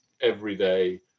everyday